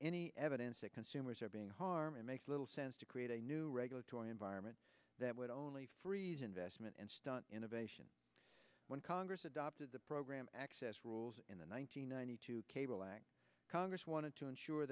any evidence that consumers are being harmed makes little sense to create a new regulatory environment that would only freeze investment and stunt innovation when congress adopted the program access rules in the one nine hundred ninety two cable act congress wanted to ensure